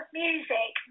music